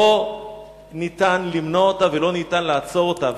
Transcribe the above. לא ניתן למנוע אותה ולא ניתן לעצור אותה.